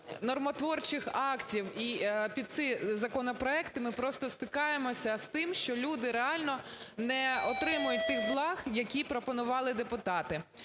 нормотворчих актів і під ці законопроекти, ми просто стикаємося з тим, що люди реально не отримують тих благ, які пропонували депутати.